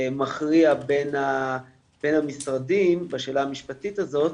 הוא שמכריע בין המשרדים בשאלה המשפטית הזאת.